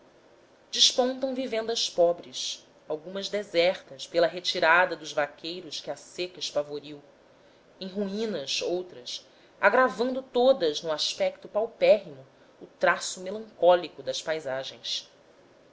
despontam vivendas pobres algumas desertas pela retirada dos vaqueiros que a seca espavoriu em ruínas outras agravando todas no aspecto paupérrimo o traço melancólico das paisagens